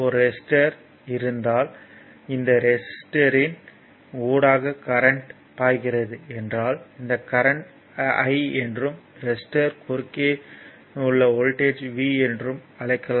ஒரு ரெசிஸ்டர் இருந்தால் இந்த ரெசிஸ்டர்யின் ஊடாக கரண்ட் பாய்கிறது என்றால் இந்த கரண்ட் I என்றும் ரெசிஸ்டர்யின் குறுக்கே வோல்ட்டேஜ் V என்றும் அழைக்கலாம்